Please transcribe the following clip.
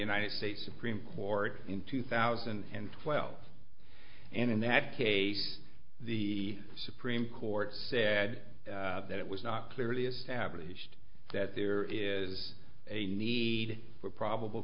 united states supreme court in two thousand and twelve and in that case the supreme court said that it was not clearly established that there is a need for probable